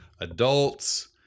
adults